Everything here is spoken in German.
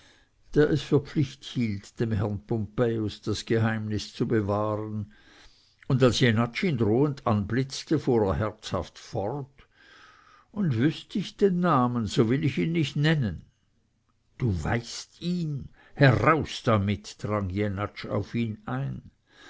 der es für pflicht hielt dem herrn pompejus das geheimnis zu bewahren und als jenatsch ihn drohend anblitzte fuhr er herzhaft fort und wüßt ich den namen so will ich ihn nicht nennen du weißt ihn heraus damit drang jenatsch auf ihn ein